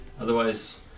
otherwise